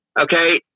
Okay